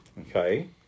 Okay